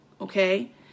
Okay